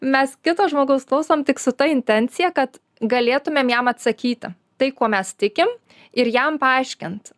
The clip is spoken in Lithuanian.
mes kito žmogaus klausom tik su ta intencija kad galėtumėm jam atsakyti tai kuo mes tikim ir jam paaiškint